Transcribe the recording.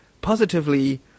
positively